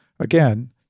Again